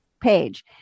page